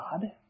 God